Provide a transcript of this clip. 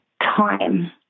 time